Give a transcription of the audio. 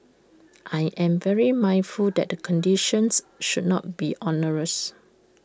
I am very mindful that the conditions should not be onerous